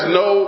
no